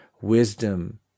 wisdom